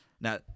Now